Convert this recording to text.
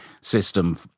system